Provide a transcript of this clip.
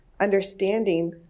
understanding